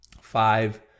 Five